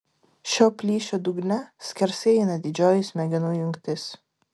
šio plyšio dugne skersai eina didžioji smegenų jungtis